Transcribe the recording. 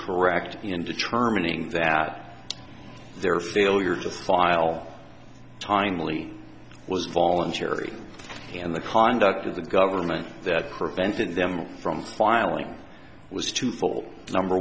correct in determining that their failure to file timely was voluntary and the conduct of the government that prevented them from filing was twofold number